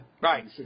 Right